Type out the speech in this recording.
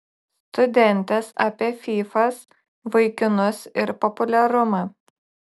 studentės apie fyfas vaikinus ir populiarumą